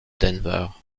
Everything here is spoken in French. denver